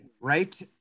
right